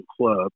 club